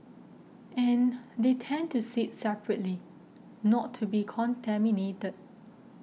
and they tend to sit separately not to be contaminated